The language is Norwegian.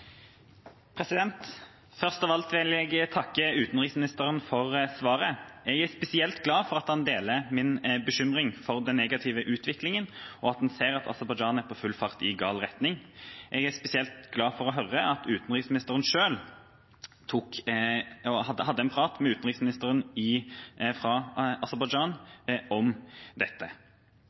Først av alt vil jeg takke utenriksministeren for svaret. Jeg er spesielt glad for at han deler min bekymring for den negative utviklinga, og at han ser at Aserbajdsjan er på full fart i gal retning. Jeg er spesielt glad for å høre at utenriksministeren selv hadde en prat med utenriksministeren fra Aserbajdsjan om dette.